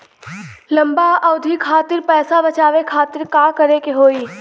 लंबा अवधि खातिर पैसा बचावे खातिर का करे के होयी?